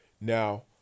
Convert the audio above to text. Now